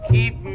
Keep